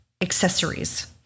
accessories